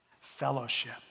Fellowship